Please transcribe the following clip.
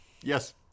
Yes